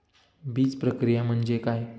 बीजप्रक्रिया म्हणजे काय?